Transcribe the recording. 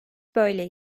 böyle